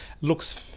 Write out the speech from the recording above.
Looks